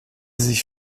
sich